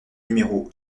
numéro